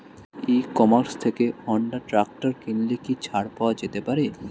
ই commerce থেকে Honda tractor কিনলে কি ছাড় পাওয়া যেতে পারে?